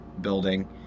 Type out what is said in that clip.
building